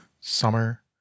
summer